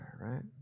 right